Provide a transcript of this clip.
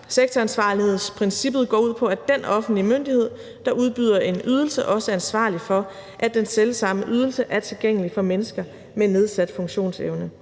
Sektoransvarlighedsprincippet går ud på, at den offentlig myndighed, der udbyder en ydelse, også er ansvarlig for, at den selv samme ydelse er tilgængelig for mennesker med nedsat funktionsevne.